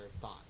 thought